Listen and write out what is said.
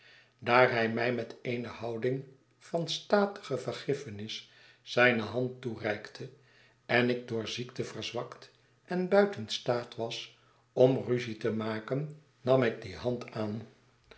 daar hij mij met eene houding van statige vergiffenis zijne hand toereikte en ik door ziekte verzwakt en buiten staat was om ruzie te maken nam ik die hand aan